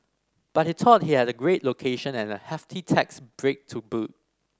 but he thought he had a great location and a hefty tax break to boot